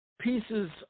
pieces